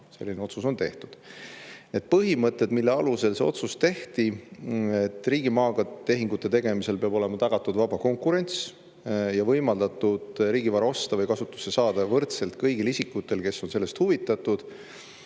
Selline otsus on tehtud. Põhimõtted, mille alusel see otsus tehti, [on järgmised]. Riigimaaga tehingute tegemisel peab olema tagatud vaba konkurents ja võimaldatud riigi vara osta või kasutusse saada võrdselt kõigil isikutel, kes on sellest huvitatud.